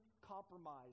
compromise